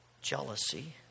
jealousy